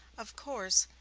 of course,